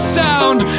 sound